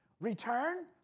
return